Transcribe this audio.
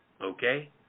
okay